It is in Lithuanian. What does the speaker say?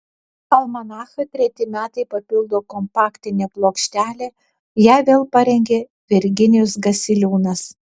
almanachą treti metai papildo kompaktinė plokštelė ją vėl parengė virginijus gasiliūnas